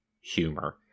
humor